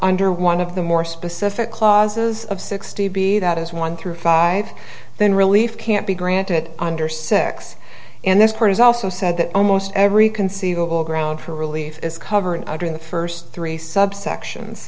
under one of the more specific clauses of sixty b that is one through five then relief can't be granted under six and this part is also said that almost every conceivable ground for relief is covered under the first three subsections